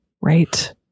Right